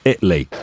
Italy